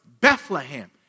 Bethlehem